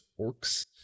orcs